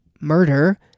murder